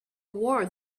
war